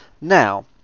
Now